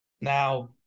Now